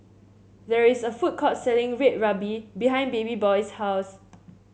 there is a food court selling Red Ruby behind Babyboy's house